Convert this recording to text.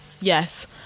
yes